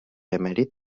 emèrit